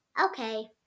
Okay